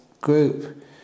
group